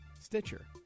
stitcher